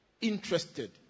interested